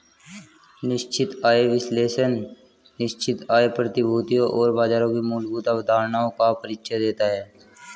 निश्चित आय विश्लेषण निश्चित आय प्रतिभूतियों और बाजारों की मूलभूत अवधारणाओं का परिचय देता है